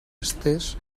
estès